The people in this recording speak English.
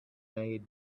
made